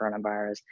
coronavirus